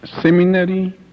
seminary